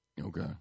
Okay